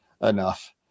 enough